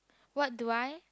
what do I